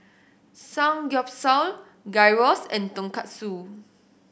Samgyeopsal Gyros and Tonkatsu